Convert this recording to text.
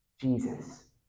Jesus